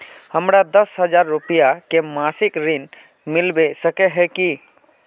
हमरा दस हजार रुपया के मासिक ऋण मिलबे सके है की?